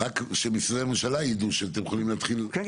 שמשרדי הממשלה יידעו שהם יכולים להתחיל --- כן,